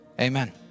Amen